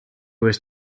was